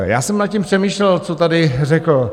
Já jsem nad tím přemýšlel, co tady řekl.